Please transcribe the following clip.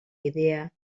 idea